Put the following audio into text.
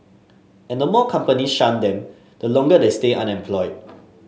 and the more companies shun them the longer they stay unemployed